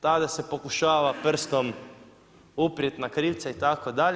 Tada se pokušava prstom uprijeti na krivca itd.